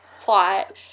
plot